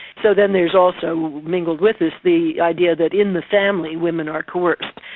so then there's also mingled with this the idea that in the family women are coerced.